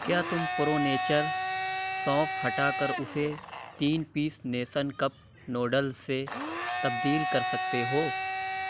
کیا تم پرو نیچر سونف ہٹا کر اسے تین پیس نیسین کپ نوڈلز سے تبدیل کر سکتے ہو